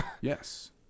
Yes